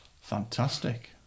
Fantastic